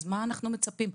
אז מה אנחנו מצפים?